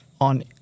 on